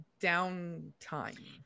downtime